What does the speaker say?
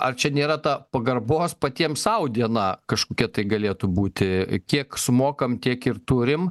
ar čia nėra ta pagarbos patiems sau diena kažkokia tai galėtų būti kiek sumokam tiek ir turim